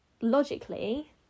Logically